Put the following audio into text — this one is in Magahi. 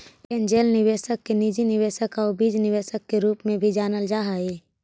एंजेल निवेशक के निजी निवेशक आउ बीज निवेशक के रूप में भी जानल जा हइ